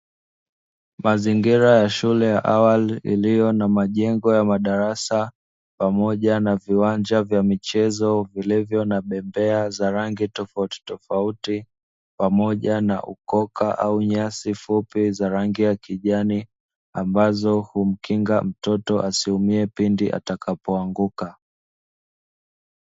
Mazingira ya shule ya awali iliyo na majengo ya madarasa pamoja na viwanja vya michezo vilivyo na bembea za rangi tofautitofauti, pamoja na ukoka au nyasi fupi za rangi ya kijani ambazo humkinga mtoto asiumie pindi atakapo anguka.